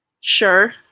Sure